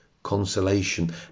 consolation